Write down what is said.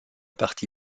parti